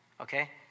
Okay